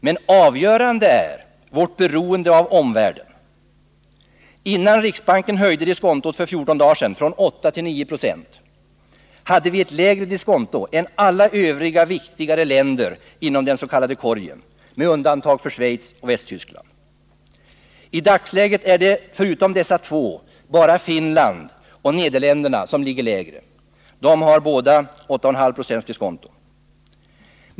Men avgörande är vårt beroende av omvärlden. Innan riksbanken för 14 dagar sedan höjde diskontot från 8 till 9 96 hade vi ett lägre diskonto än alla övriga viktigare länder inom den s.k. korgen, med undantag för Schweiz och Västtyskland. I dagsläget är det förutom dessa två bara Finland och Nederländerna som ligger lägre. De har båda 81/2 procents diskonto.